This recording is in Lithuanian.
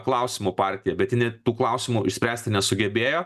klausimų partija bet ji net tų klausimų išspręsti nesugebėjo